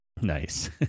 nice